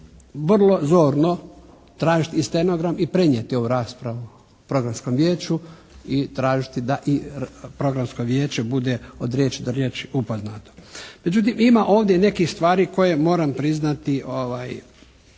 vrlo zorno tražiti i stenogram i prenijeti ovu raspravu Programskom vijeću i tražiti da i Programsko vijeće bude od riječi do riječi upoznato. Međutim, ima ovdje i nekih stvari koje moram priznati